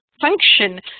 function